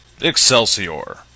Excelsior